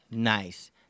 Nice